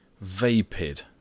Vapid